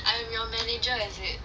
I'm your manager is it